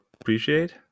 appreciate